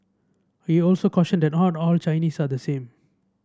he also cautioned that not all Chinese are the same